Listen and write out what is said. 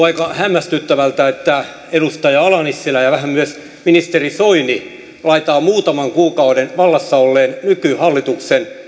aika hämmästyttävältä että edustaja ala nissilä ja vähän myös ministeri soini laittavat muutaman kuukauden vallassa olleen nykyhallituksen